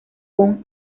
con